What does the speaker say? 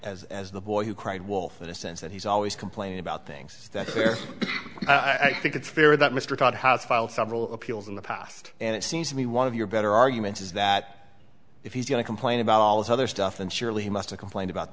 as as the boy who cried wolf in the sense that he's always complaining about things that i think it's fair that mr hobhouse filed several appeals in the past and it seems to me one of your better arguments is that if he's going to complain about all this other stuff and surely must a complaint about